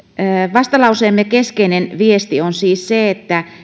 vastalauseemme keskeinen viesti on siis se että